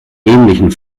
ähnlichen